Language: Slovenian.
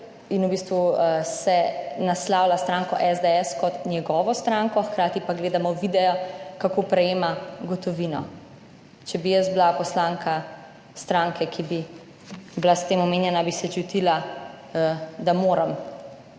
in v bistvu naslavlja stranko SDS kot njegovo stranko, hkrati pa gledamo video, kako prejema gotovino. Če bi jaz bila poslanka stranke, ki bi bila s tem omenjena, bi se čutila, da moram